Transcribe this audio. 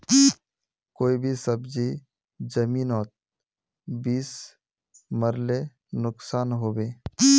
कोई भी सब्जी जमिनोत बीस मरले नुकसान होबे?